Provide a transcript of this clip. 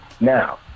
Now